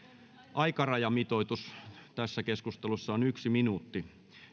aikarajamitoitus tässä keskustelussa on yksi minuutti